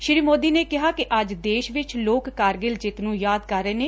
ਸ਼੍ਰੀ ਮੋਦੀ ਨੇ ਕਿਹਾ ੱਜ ਦੇਸ਼ ਵਿਚ ਲੋਕ ਕਾਰਗਿਲ ਜਿੱਤ ਨੂੰ ਯਾਦ ਕਰ ਰਹੇ ਨੇ